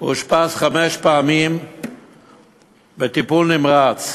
הוא אושפז חמש פעמים בטיפול נמרץ.